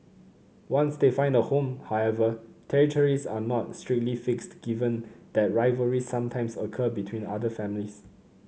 once they find a home however territories are not strictly fixed given that rivalries sometimes occur between otter families